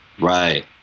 Right